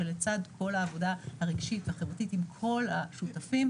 שלצד כל העבודה הרגשית והחברתית עם כל השותפים,